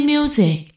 Music，